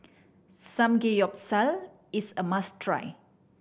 samgeyopsal is a must try